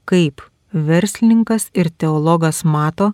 kaip verslininkas ir teologas mato